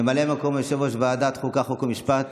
ממלא מקום יושב-ראש ועדת החוקה, חוק ומשפט